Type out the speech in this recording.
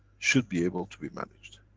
should be able to be managed.